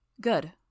Good